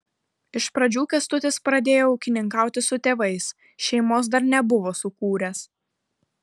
iš pradžių kęstutis pradėjo ūkininkauti su tėvais šeimos dar nebuvo sukūręs